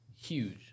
huge